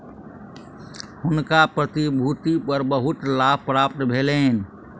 हुनका प्रतिभूति पर बहुत लाभ प्राप्त भेलैन